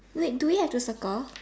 like do we have to circle